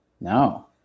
no